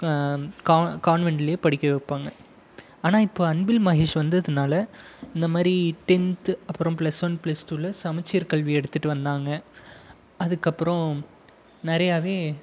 காவ்னு கான்வெண்ட்ல படிக்க வைப்பாங்க ஆனால் இப்போ அன்பில் மகேஷ் வந்ததுனால் இந்தமாதிரி டென்த்து அப்புறம் பிளஸ் ஒன் பிளஸ் டூவில சமச்சீர் கல்வி எடுத்துகிட்டு வந்தாங்க அதுக்கப்புறோம் நிறையாவே